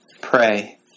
pray